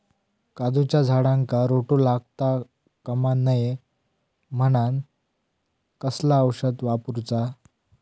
काजूच्या झाडांका रोटो लागता कमा नये म्हनान कसला औषध वापरूचा?